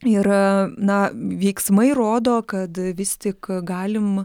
ir na veiksmai rodo kad vis tik galim